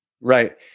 Right